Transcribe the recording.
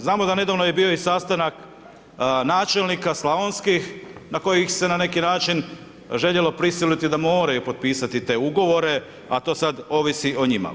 Znamo da nedavno je bio i sastanak načelnika slavonskih na koji ih se na neki način željelo prisiliti da moraju potpisati te ugovore, a to sad ovisi o njima.